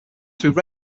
through